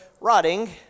rotting